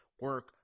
Work